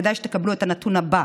כדאי שתקבלו את הנתון הבא: